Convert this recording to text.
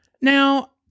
now